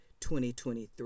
2023